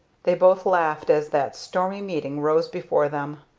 they both laughed as that stormy meeting rose before them.